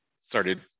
started